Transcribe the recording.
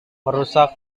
merusak